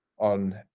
on